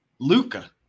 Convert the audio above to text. Luca